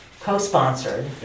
co-sponsored